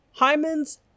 Hymens